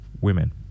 women